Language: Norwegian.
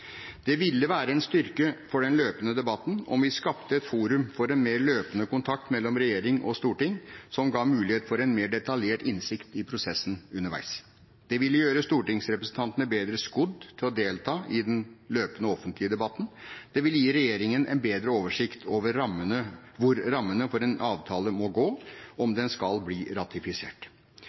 Det ville være en styrke for den løpende debatten om vi skapte et forum for en mer løpende kontakt mellom regjering og storting som ga mulighet for en mer detaljert innsikt i prosessen underveis. Det ville gjøre stortingsrepresentantene bedre skodd til å delta i den løpende offentlige debatten. Det ville gi regjeringen en bedre oversikt over hvor rammene for en avtale må gå, om den skal bli ratifisert.